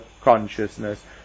consciousness